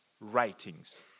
writings